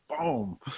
boom